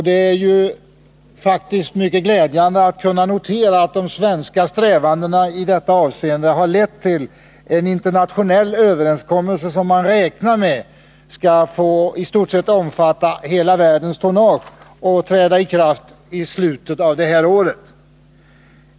Det är faktiskt mycket glädjande att kunna notera att de svenska strävandena i detta avseende har lett till en internationell överenskommelse, som man räknar med skall omfatta i stort sett hela världens tonnage och träda i kraft i slutet av det här året.